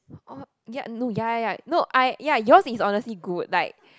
oh ya no ya ya ya no I yours is honestly good like